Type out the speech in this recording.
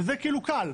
וזה קל.